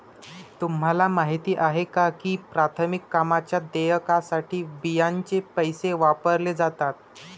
तुम्हाला माहिती आहे का की प्राथमिक कामांच्या देयकासाठी बियांचे पैसे वापरले जातात?